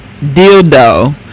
dildo